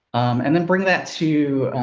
and then bring that to,